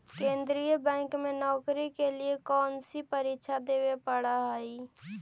केन्द्रीय बैंक में नौकरी के लिए कौन सी परीक्षा देवे पड़ा हई